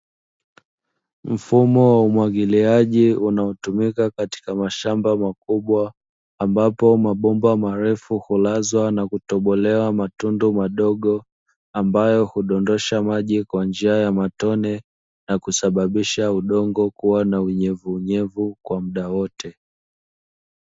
Mfumo wa umwagiliaji unaotumika katika mashamba makubwa ambapo mabomba marefu hulazwa na kutobolewa matundu madogo, ambayo hudondosha maji kwa njia ya matone na kusababisha udongo kuwa na unyevuunyevu kwa muda wote.